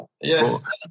yes